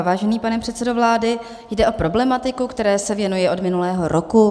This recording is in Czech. Vážený pane předsedo vlády, jde o problematiku, které se věnuji od minulého roku.